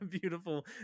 beautiful